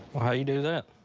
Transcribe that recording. well, how you do that?